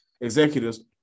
executives